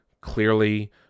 clearly